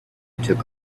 took